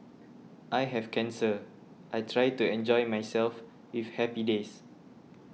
I have cancer I try to enjoy myself with happy days